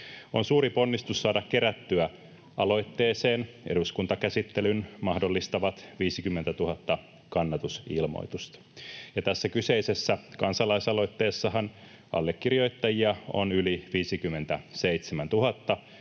On suuri ponnistus saada kerättyä aloitteeseen eduskuntakäsittelyn mahdollistavat 50 000 kannatusilmoitusta, ja tässä kyseisessä kansalaisaloitteessahan allekirjoittajia on yli 57 000,